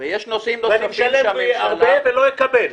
אני משלם הרבה ואני לא אקבל.